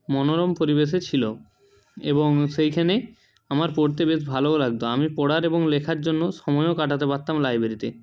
মনোরম পরিবেশে ছিল এবং সেইখানে আমার পড়তে বেশ ভালোও লাগত আমি পড়ার এবং লেখার জন্য সময়ও কাটাতে পারতাম লাইবেরিতে